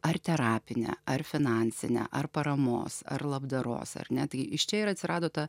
ar terapinę ar finansinę ar paramos ar labdaros ar ne tai iš čia ir atsirado ta